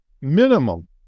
minimum